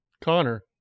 Connor